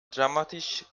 dramatisch